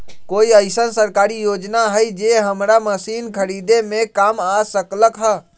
कोइ अईसन सरकारी योजना हई जे हमरा मशीन खरीदे में काम आ सकलक ह?